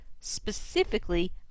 specifically